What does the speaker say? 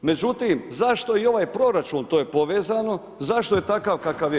Međutim, zašto i ovaj proračun, to je povezano, zašto je takav kakav je?